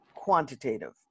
quantitative